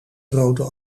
rode